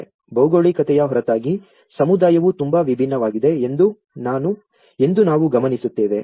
ಭೌಗೋಳಿಕತೆಯ ಹೊರತಾಗಿ ಸಮುದಾಯವು ತುಂಬಾ ವಿಭಿನ್ನವಾಗಿದೆ ಎಂದು ನಾವು ಗಮನಿಸುತ್ತೇವೆ